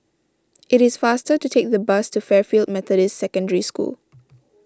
it is faster to take the bus to Fairfield Methodist Secondary School